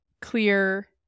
clear